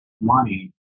money